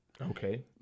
Okay